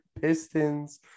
Pistons